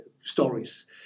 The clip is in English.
stories